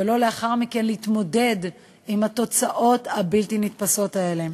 ולא לאחר מכן להתמודד עם התוצאות הבלתי-נתפסות האלה.